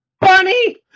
Bunny